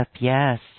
yes